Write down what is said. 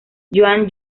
joan